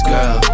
Girl